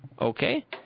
Okay